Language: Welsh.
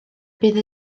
bydd